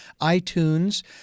iTunes